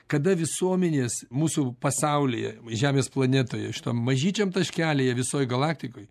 kada visuomenės mūsų pasaulyje žemės planetoje šitam mažyčiam taškelyje visoj galaktikoj